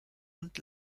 und